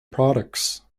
products